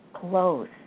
close